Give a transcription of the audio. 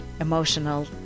emotional